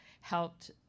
helped